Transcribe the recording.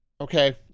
okay